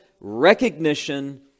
recognition